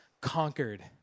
conquered